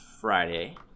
Friday